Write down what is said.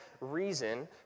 reason